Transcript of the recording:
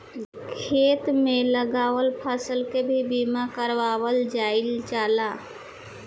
खेत में लागल फसल के भी बीमा कारावल जाईल जाला